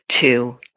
two